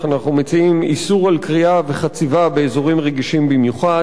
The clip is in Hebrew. אנחנו מציעים איסור על כרייה וחציבה באזורים רגישים במיוחד.